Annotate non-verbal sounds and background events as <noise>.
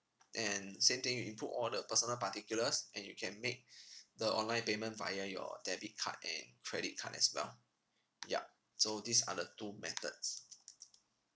and same thing you input all the personal particulars and you can make <breath> the online payment via your debit card and credit card as well yup so these are the two methods